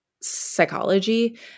psychology